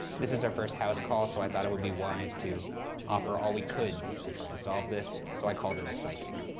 this is our first house call, so i thought it would be wise to offer all we could to try and solve this, so i called in a psychic.